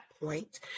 point